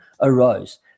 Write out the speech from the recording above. arose